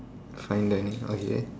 fine dining okay